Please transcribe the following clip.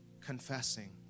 confessing